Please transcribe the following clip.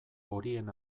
horien